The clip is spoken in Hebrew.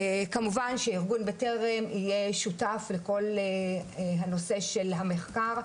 כמובן שארכון בטרם יהיה שותף לכל הנושא של המחקר,